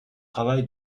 travail